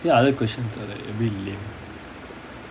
the other questions are like a bit lame